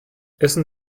essen